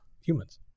Humans